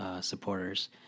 supporters